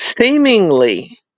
Seemingly